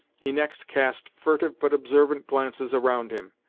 he next cast furtive but observant glances around him,